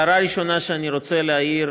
הערה ראשונה שאני רוצה להעיר,